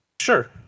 Sure